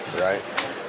right